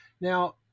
Now